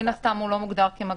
הוא לא מוגדר כמגע.